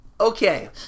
Okay